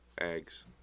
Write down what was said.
Eggs